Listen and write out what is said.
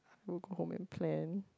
you go home and plan